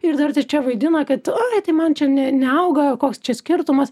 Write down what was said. ir dar tai čia vaidina kad oi tai man čia ne neauga koks čia skirtumas